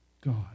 God